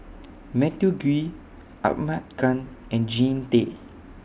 Matthew Gui Ahmad Khan and Jean Tay